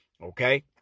okay